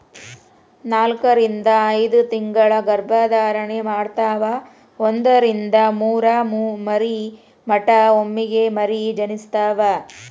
ನಾಕರಿಂದ ಐದತಿಂಗಳ ಗರ್ಭ ಧಾರಣೆ ಮಾಡತಾವ ಒಂದರಿಂದ ಮೂರ ಮರಿ ಮಟಾ ಒಮ್ಮೆಗೆ ಮರಿ ಜನಸ್ತಾವ